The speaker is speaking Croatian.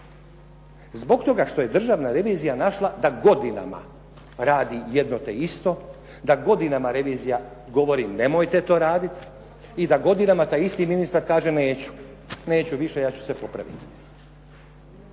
zbog toga što je Državna revizija našla da godinama radi jedno te isto, da godinama revizija govori, nemojte to raditi i da godinama taj isti ministar kaže neću. Neću više, ja ću se popraviti.